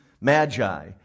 magi